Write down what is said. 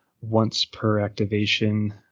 once-per-activation